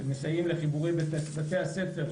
מסייעים לחיבורים בבתי הספר,